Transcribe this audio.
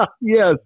yes